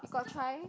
you got try